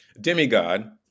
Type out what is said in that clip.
Demigod